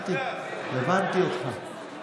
בסדר, זו הייתה קריאה שנייה.